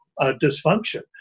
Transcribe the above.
dysfunction